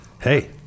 Hey